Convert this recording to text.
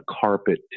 carpet